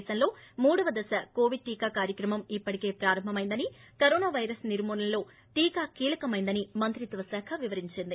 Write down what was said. దేశంలో మూడవ దశ కోవిడ్ టీకా కార్యక్రమం ఇప్పటికే ప్రారంభమైందని కరోనా పైరస్ నిర్మూలనలో టీకా కీలకమైనదని మంత్రిత్వ శాఖ వివరించింది